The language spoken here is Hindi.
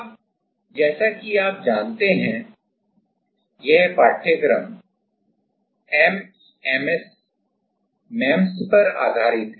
अब जैसा कि आप जानते हैं यह पाठ्यक्रम एमईएमएस पर आधारित है